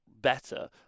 better